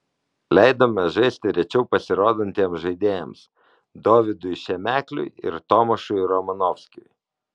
leidome žaisti rečiau pasirodantiems žaidėjams dovydui šemekliui ir tomašui romanovskiui